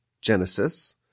Genesis